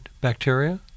bacteria